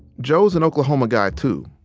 joe's an oklahoma guy too.